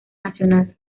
nacional